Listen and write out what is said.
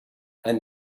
and